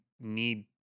need